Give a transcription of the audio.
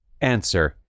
answer